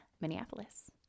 Minneapolis